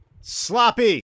Sloppy